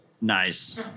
Nice